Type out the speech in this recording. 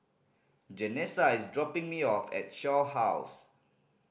Janessa is dropping me off at Shaw House